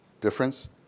difference